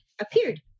appeared